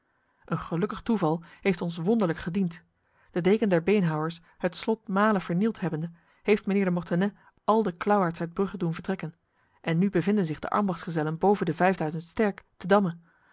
een gelukkig toeval heeft ons wonderlijk gediend de deken der beenhouwers het slot male vernield hebbende heeft mijnheer de mortenay al de klauwaards uit brugge doen vertrekken en nu bevinden zich de ambachtsgezellen boven de vijfduizend sterk te damme